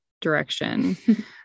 direction